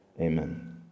amen